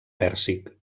pèrsic